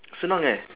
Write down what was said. senang eh